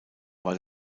war